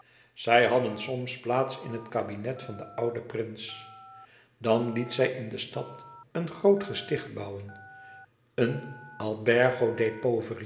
zij hadden soms plaats in het kabinet van den ouden prins dan liet zij in de stad een groot gesticht bouwen een albergo